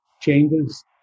changes